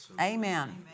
Amen